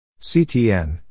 CTN